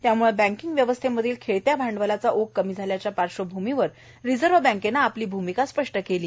त्यामुळं बँकिंग व्यवस्थेमधल्या खेळत्या भांडवलाचा ओघ कमी झाल्याच्या पार्श्वभूमीवर रिझर्व्ह बँकेनं आपली भूमिका स्पष्ट केली आहे